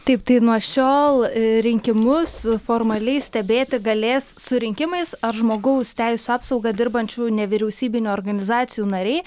taip tai nuo šiol a rinkimus formaliai stebėti galės su rinkimais ar žmogaus teisių apsauga dirbančių nevyriausybinių organizacijų nariai